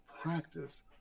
practice